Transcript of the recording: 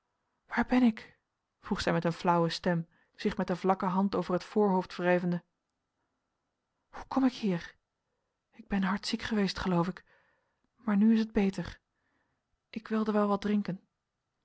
waar ben ik vroeg zij met een flauwe stem zich met de vlakke hand over het voorhoofd wrijvende hoe kom ik hier ik ben hard ziek geweest geloof ik maar nu is het beter ik wilde wel wat drinken